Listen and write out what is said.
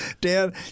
Dan